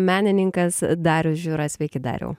menininkas darius žiūra sveiki dariau